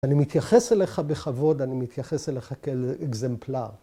‫אני מתייחס אליך בכבוד, ‫אני מתייחס אליך כאקזמפלר.